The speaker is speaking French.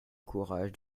courage